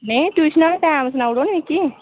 नेईं ट्यूशना दा टाइम सनाई ओड़ो ना मिकी